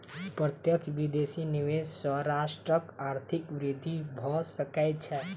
प्रत्यक्ष विदेशी निवेश सॅ राष्ट्रक आर्थिक वृद्धि भ सकै छै